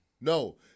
No